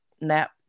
nap